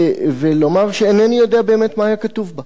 ולומר שאינני יודע באמת מה היה כתוב בה.